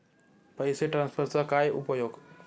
पैसे ट्रान्सफरचा काय उपयोग?